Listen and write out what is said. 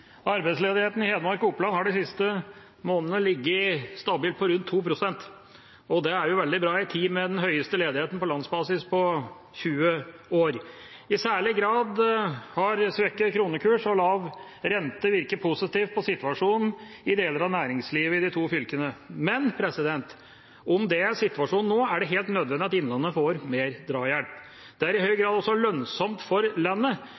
Oppland har de siste månedene ligget stabilt på rundt 2 pst. Det er veldig bra i en tid med den høyeste ledigheten på landsbasis på 20 år. I særlig grad har svekket kronekurs og lav rente virket positivt på situasjonen i deler av næringslivet i de to fylkene. Men om det er situasjonen nå, er det helt nødvendig at Innlandet får mer drahjelp. Det er i høy grad også lønnsomt for landet.